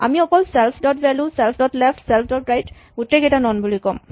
আমি অকল self dot value self dot left self dot right গোটেইকেইটা নন বুলি কম